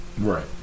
Right